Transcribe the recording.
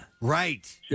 Right